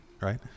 Right